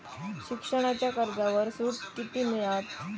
शिक्षणाच्या कर्जावर सूट किती मिळात?